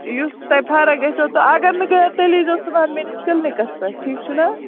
یُس تۄہہِ فرق گژھو تہٕ اگر نہٕ تیٚلہِ ییٖزیٚو صُبحن میٲنِس کٕلنِکَس پٮ۪ٹھ ٹھیٖک چھُنا